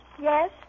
Yes